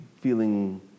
feeling